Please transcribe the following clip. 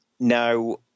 Now